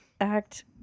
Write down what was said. act